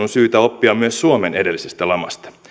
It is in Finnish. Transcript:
on syytä oppia myös suomen edellisestä lamasta